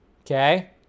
Okay